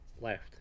Left